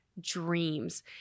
dreams